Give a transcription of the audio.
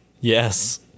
Yes